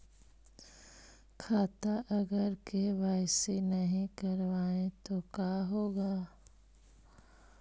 खाता अगर के.वाई.सी नही करबाए तो का होगा?